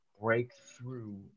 breakthrough